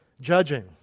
judging